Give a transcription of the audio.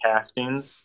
castings